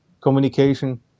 communication